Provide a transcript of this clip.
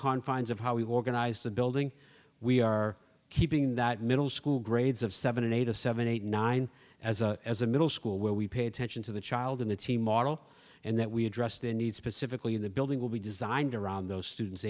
confines of how we've organized the building we are keeping that middle school grades of seven eight a seven eight nine as a as a middle school where we pay attention to the child in the teen model and that we address the needs pacifically in the building will be designed around those students